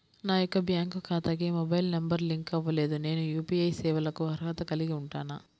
నా యొక్క బ్యాంక్ ఖాతాకి మొబైల్ నంబర్ లింక్ అవ్వలేదు నేను యూ.పీ.ఐ సేవలకు అర్హత కలిగి ఉంటానా?